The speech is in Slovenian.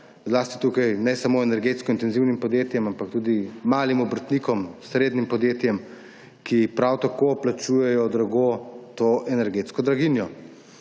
gospodarstvu, ne samo energetsko intenzivnim podjetjem, ampak tudi malim obrtnikom, srednjim podjetjem, ki prav tako drago plačujejo to energetsko draginjo.